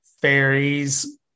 fairies